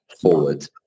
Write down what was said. forward